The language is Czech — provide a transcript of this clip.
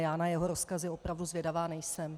Já na jeho rozkazy opravdu zvědavá nejsem.